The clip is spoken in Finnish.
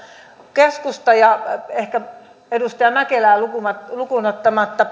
keskusta ja perussuomalaiset ehkä edustaja mäkelää lukuun lukuun ottamatta